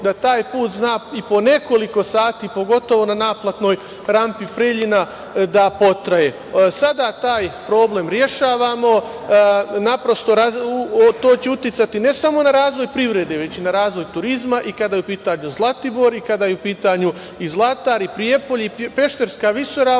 da taj put zna i po nekoliko sati, pogotovo na naplatnoj rampi Preljina da potraje. Sada taj problem rešavamo. Naprosto to će uticati, ne samo na razvoj privrede, već na razvoj turizma i kada je u pitanju Zlatibor i kada je u pitanju i Zlatar i Prijepolje i Peštarska visoravan,